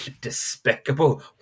despicable